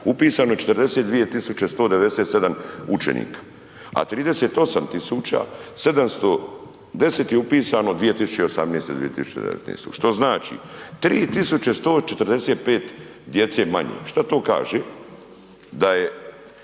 upisano je 42.197 učenika, a 38.710 je upisano 2018/19. što znači 3.145 djece manje. Šta to kaže? Da je